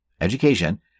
education